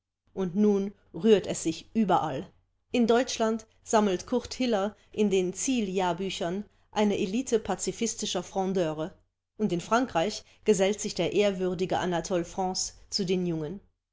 und nun rührt es sich überall in deutschland sammelt kurt hiller in den ziel-jahrbüchern eine elite pazifistischer frondeure und in frankreich gesellt sich der ehrwürdige anatole france zu den jungen